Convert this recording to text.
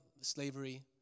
slavery